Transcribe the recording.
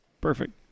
Perfect